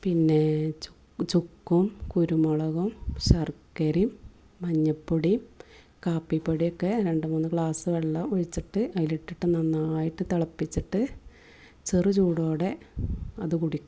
പിന്നെ ചു ചുക്കും കുരുമുളകും ശർക്കരയും മഞ്ഞപ്പൊടിയും കാപ്പിപ്പൊടിയൊക്കെ രണ്ടുമൂന്നു ഗ്ലാസ് വെള്ളം ഒഴിച്ചിട്ട് അതിലിട്ടിട്ട് നന്നായിട്ട് തിളപ്പിച്ചിട്ട് ചെറു ചൂടോടെ അത് കുടിക്കും